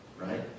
Right